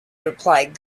replied